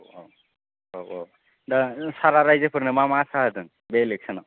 औ औ दा सारआ रायजोफोरनो मा मा आसा होदों बे इलेक्सन आव